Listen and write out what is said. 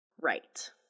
right